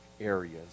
areas